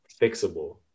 fixable